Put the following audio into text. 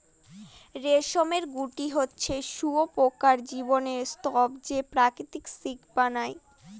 রেশমের গুটি হচ্ছে শুঁয়োপকার জীবনের স্তুপ যে প্রকৃত সিল্ক বানায়